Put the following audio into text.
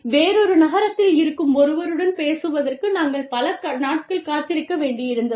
வேறொரு நகரத்தில் இருக்கும் ஒருவருடன் பேசுவதற்கு நாங்கள் பல நாட்கள் காத்திருக்க வேண்டியிருந்தது